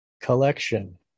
collection